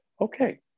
Okay